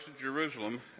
jerusalem